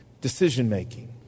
decision-making